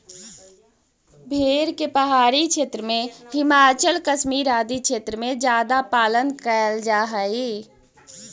भेड़ के पहाड़ी क्षेत्र में, हिमाचल, कश्मीर आदि क्षेत्र में ज्यादा पालन कैल जा हइ